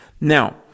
Now